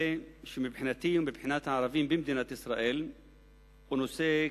שמבחינתי ומבחינת הערבים במדינת ישראל הוא נושא כאוב,